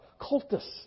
Cultists